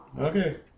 Okay